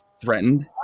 threatened